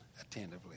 attentively